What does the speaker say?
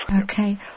Okay